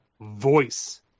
voice